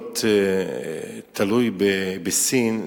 להיות תלוי בסין,